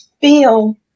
feel